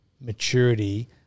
maturity